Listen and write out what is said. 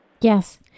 Yes